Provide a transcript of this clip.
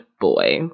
boy